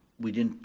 we didn't,